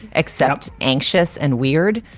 except anxious and weird.